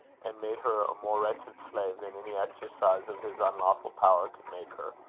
and made her a more wretched slave than any exercise of his unlawful power could make her.